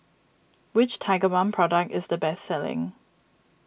which Tigerbalm product is the best selling